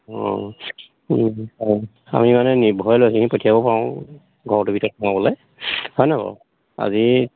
অঁ আমি মানে নিৰ্ভয়ে লৈ সেইখিনি পঠিয়াব পাৰোঁ ঘৰটোৰ ভিতৰত সোমাবলৈ হয়নে বাৰু আজি